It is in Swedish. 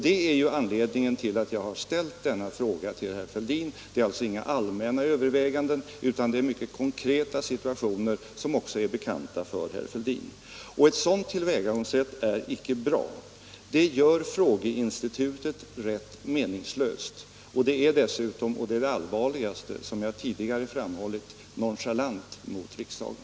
Detta är anledningen till att jag har ställt denna fråga till herr Fälldin. Det är alltså inga allmänna överväganden, utan det är mycket konkreta situationer, som också är bekanta för herr Fälldin. Ett sådant tillvägagångssätt är inte bra. Det gör frågeinstitutet rätt meningslöst, och det är dessutom som jag tidigare framhållit — och detta är det allvarliga — nonchalant mot riksdagen.